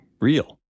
real